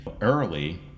early